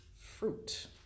fruit